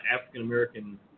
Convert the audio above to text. African-American